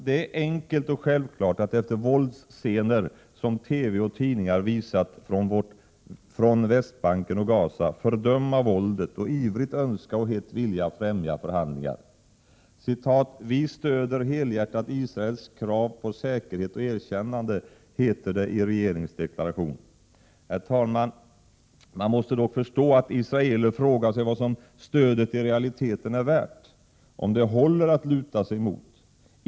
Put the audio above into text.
Det är enkelt och självklart att efter våldsscener som TV och tidningar visat från Västbanken och Gaza fördöma våldet och ivrigt önska och hett vilja främja förhandlingar. ”Vi stöder helhjärtat Israels krav på säkerhet och erkännande”, heter det i regeringens deklaration. Herr talman! Man måste dock förstå att israeler frågar sig vad det stödet i realiteten är värt, om det håller att luta sig mot.